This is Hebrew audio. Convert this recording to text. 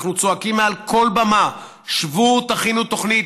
אנחנו צועקים מעל כל במה: שבו, תכינו תוכנית.